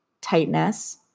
tightness